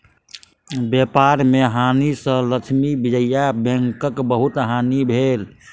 व्यापार में हानि सँ लक्ष्मी विजया बैंकक बहुत हानि भेल